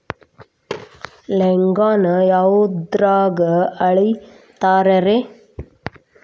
ಲವಂಗಾನ ಯಾವುದ್ರಾಗ ಅಳಿತಾರ್ ರೇ?